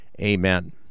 Amen